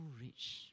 rich